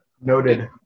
Noted